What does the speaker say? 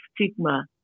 stigma